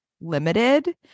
limited